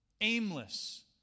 aimless